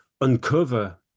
uncover